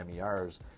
MERs